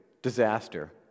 Disaster